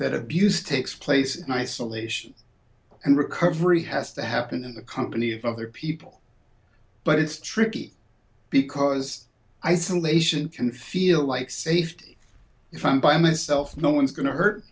that abuse takes place in isolation and recovery has to happen in the company of other people but it's tricky because isolation can feel like safety if i'm by myself no one's going to hurt